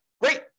Great